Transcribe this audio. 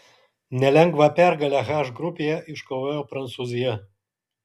nelengvą pergalę h grupėje iškovojo prancūzija